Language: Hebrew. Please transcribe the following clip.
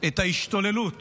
את ההשתוללות